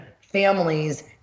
families